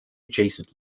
adjacent